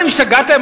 אתם השתגעתם?